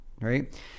Right